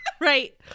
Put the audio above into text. right